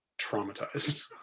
traumatized